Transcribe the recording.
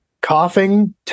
Coughing